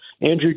Andrew